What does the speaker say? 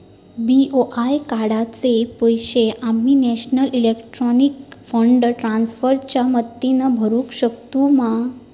BOI कार्डाचे पैसे आम्ही नेशनल इलेक्ट्रॉनिक फंड ट्रान्स्फर च्या मदतीने भरुक शकतू मा?